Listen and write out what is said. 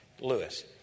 Lewis